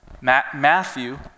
Matthew